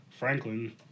Franklin